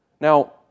Now